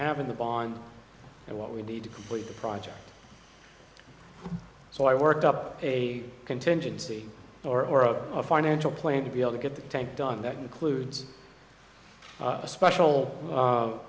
have in the bond and what we need to complete the project so i worked up a contingency or of a financial plan to be able to get the tank done that includes a special